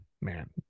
man